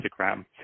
Instagram